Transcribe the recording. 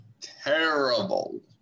terrible